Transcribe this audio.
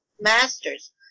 Masters